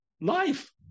life